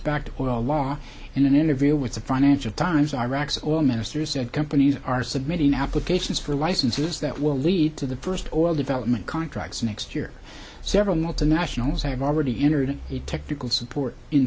a law in an interview with the financial times iraq's oil minister said companies are submitting applications for licenses that will lead to the first oil development contracts next year several multinationals have already entered a technical support in